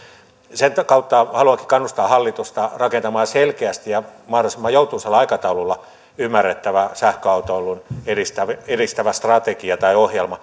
sen kautta haluankin kannustaa hallitusta rakentamaan mahdollisimman joutuisalla aikataululla selkeän ymmärrettävän sähköautoilua edistävän edistävän strategian tai